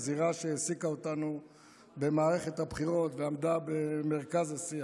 הזירה שהעסיקה אותנו במערכת הבחירות ועמדה במרכז השיח.